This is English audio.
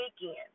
weekend